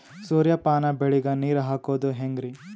ಸೂರ್ಯಪಾನ ಬೆಳಿಗ ನೀರ್ ಹಾಕೋದ ಹೆಂಗರಿ?